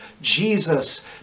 Jesus